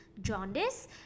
jaundice